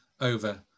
over